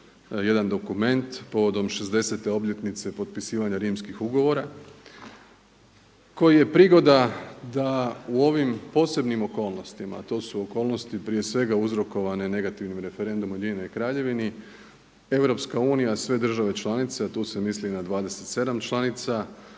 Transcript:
jedan dokument povodom 60 obljetnice potpisivanja rimskih ugovora koji je prigoda da u ovim posebnim okolnostima, a to su okolnosti prije svega uzrokovane negativnim referendumom u Ujedinjenoj Kraljevini. Europska unija, sve države članice a tu se misli na 27 članica